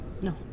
No